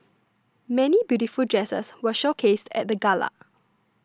many beautiful dresses were showcased at the gala